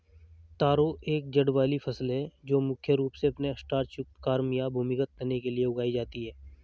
तारो एक जड़ वाली फसल है जो मुख्य रूप से अपने स्टार्च युक्त कॉर्म या भूमिगत तने के लिए उगाई जाती है